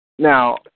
Now